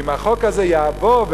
אם החוק הזה יעבור,